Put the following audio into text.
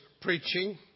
preaching